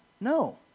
No